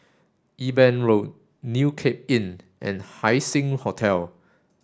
Eben Road New Cape Inn and Haising Hotel